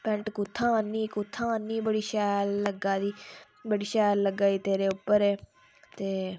pant कुत्थूं आह्न्नी कुत्थूं आह्न्नी बड़ी शैल लग्गा दी बड़ी शैल लग्गा दी तेरे उप्पर एह् ते